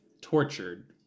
tortured